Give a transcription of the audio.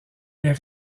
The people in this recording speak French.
est